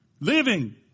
Living